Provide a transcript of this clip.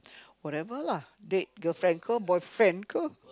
whatever lah date girlfriend ke boyfriend ke